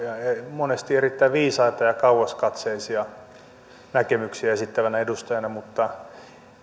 monesti erittäin viisaita ja kauaskatseisia näkemyksiä esittävänä edustajana mutta